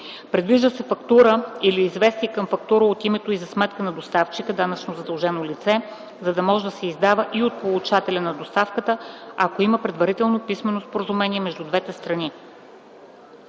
Предвижда се фактура или известие към фактура от името и за сметка на доставчика – данъчно задължено лице, да може да се издава и от получателя по доставката, ако има предварително писмено споразумение между двете страни.